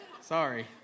Sorry